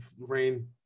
rain